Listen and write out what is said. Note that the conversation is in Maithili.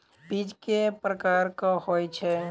बीज केँ प्रकार कऽ होइ छै?